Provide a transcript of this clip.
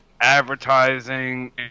advertising